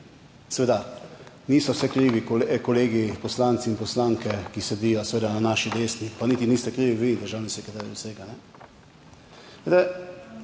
Seveda niso vse krivi kolegi poslanci in poslanke, ki sedijo seveda na naši desni, pa niti niste krivi vi, državni sekretar, vsega.